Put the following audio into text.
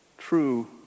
true